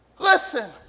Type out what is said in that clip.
Listen